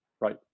right